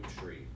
tree